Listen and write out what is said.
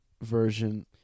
version